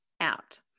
out